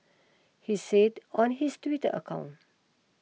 he said on his Twitter account